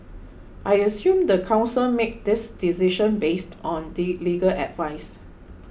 I assume the council made this decision based on the legal advice